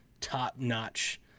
top-notch